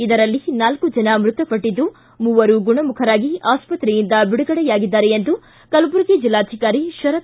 ಇದರಲ್ಲಿ ನಾಲ್ಲು ಜನ ಮೃತಪಟ್ಟಿದ್ದು ಮೂವರು ಗುಣಮುಖರಾಗಿ ಆಸ್ಪತ್ರೆಯಿಂದ ಬಿಡುಗಡೆಯಾಗಿದ್ದಾರೆ ಎಂದು ಕಲಬುರಗಿ ಜಿಲ್ಲಾಧಿಕಾರಿ ಶರತ್